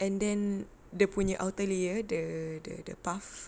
and then dia punya outer layer the the puff